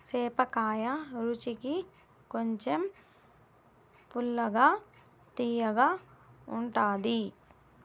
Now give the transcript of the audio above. సేపకాయ రుచికి కొంచెం పుల్లగా, తియ్యగా ఉంటాది